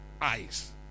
eyes